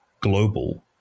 global